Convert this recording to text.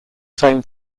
same